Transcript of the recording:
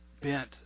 bent